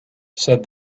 said